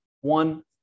One